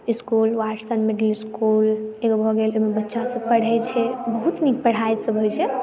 इसकुल Watson middle school भऽ गेल ओहिमे बच्चासभ पढ़ै छै बहुत नीक पढ़ाई सभ होई छै